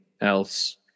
else